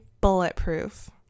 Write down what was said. bulletproof